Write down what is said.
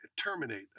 terminate